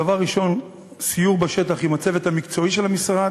הדבר הראשון היה סיור בשטח עם הצוות המקצועי של המשרד,